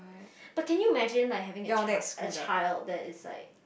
but can you imagine like having a child~ a child that is like